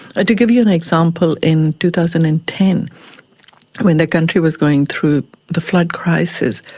ah to give you an example, in two thousand and ten when the country was going through the flood crisis,